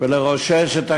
בבעיות המזרח